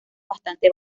bastante